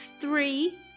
Three